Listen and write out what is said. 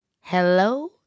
Hello